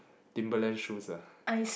Timberland shoes lah